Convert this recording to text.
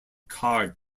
car